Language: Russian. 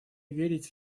верить